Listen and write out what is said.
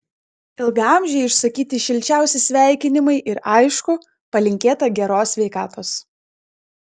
ilgaamžei išsakyti šilčiausi sveikinimai ir aišku palinkėta geros sveikatos